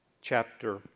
chapter